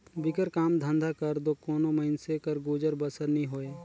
बिगर काम धंधा कर दो कोनो मइनसे कर गुजर बसर नी होए